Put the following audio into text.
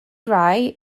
rai